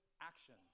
action